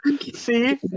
See